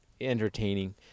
entertaining